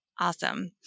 Awesome